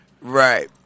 Right